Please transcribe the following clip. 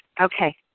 Okay